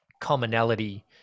commonality